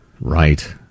Right